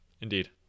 indeed